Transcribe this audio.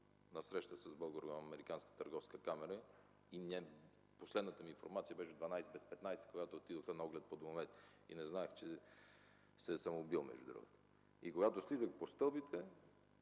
на среща с Българо-американската търговска камара. Последната ми информация беше в 11,45 ч., когато отидоха на оглед по домовете – не знаех, че се е самоубил, между другото. Когато слизах по стълбите,